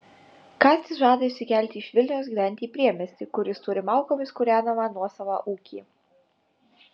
kastis žada išsikelti iš vilniaus gyventi į priemiestį kur jis turi malkomis kūrenamą nuosavą ūkį